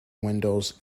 windows